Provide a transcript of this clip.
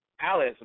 Alice